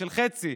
של חצי,